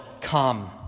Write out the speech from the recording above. come